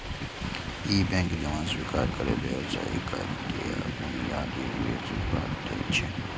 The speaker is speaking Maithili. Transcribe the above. ई बैंक जमा स्वीकार करै, व्यावसायिक कर्ज दै आ बुनियादी निवेश उत्पाद दै छै